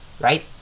right